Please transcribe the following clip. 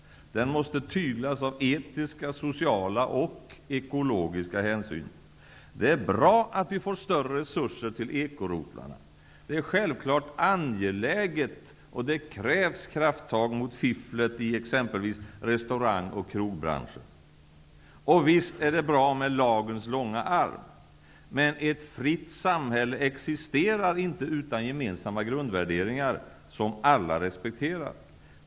Den måste tyglas av etiska, sociala och ekologiska hänsyn. Det är bra att vi får större resurser till ekorotlarna. Det är självfallet angeläget. Det krävs krafttag mot fifflet i exempelvis restaurang och krogbranschen. Visst är det bra med lagens långa arm. Men ett fritt samhälle existerar inte utan gemensamma grundvärderingar som alla respekterar.